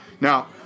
Now